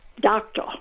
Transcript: doctor